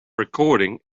recording